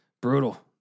Brutal